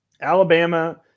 Alabama